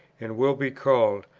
and will be called,